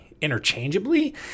interchangeably